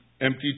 empty